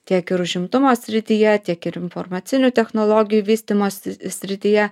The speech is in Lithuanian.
tiek ir užimtumo srityje tiek ir informacinių technologijų vystymosi srityje